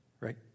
Right